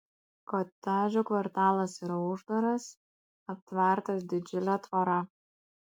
kotedžų kvartalas yra uždaras aptvertas didžiule tvora